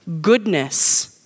goodness